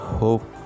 hope